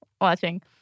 Watching